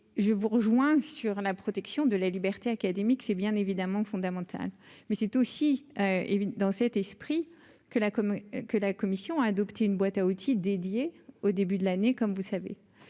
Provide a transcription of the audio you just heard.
je vous rejoins sur la protection de la liberté académique, c'est bien évidemment fondamental, mais c'est aussi dans cet esprit que la commode que la commission a adopté une boîte à outils dédiés au début de l'année, comme vous savez,